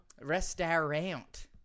Restaurant